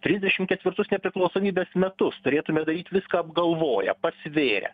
trisdešimt ketvirtus nepriklausomybės metus turėtume daryt viską apgalvoję pasvėrę